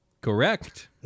correct